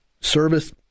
service